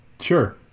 Sure